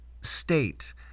state